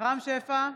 רם שפע,